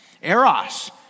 Eros